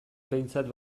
behintzat